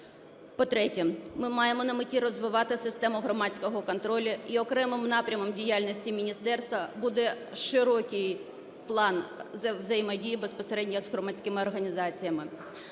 По-третє, ми маємо на меті розвивати систему громадського контролю. І окремим напрямом діяльності міністерства буде широкий план взаємодії, безпосередньо з громадськими організаціями.